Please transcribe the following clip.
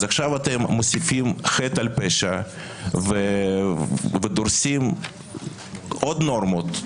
אז עכשיו אתם מוסיפים חטא על פשע ודורסים עוד נורמות.